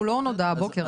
הוא לא נודע הבוקר.